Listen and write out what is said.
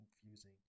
confusing